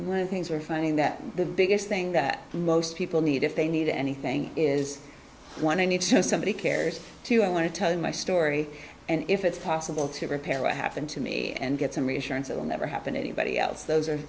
when things are finding that the biggest thing that most people need if they need anything is when i need to know somebody cares to i want to tell my story and if it's possible to repair what happened to me and get some reassurance that will never happen to anybody else those are